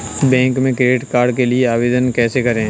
Bank में credit card के लिए आवेदन कैसे करें?